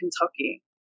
kentucky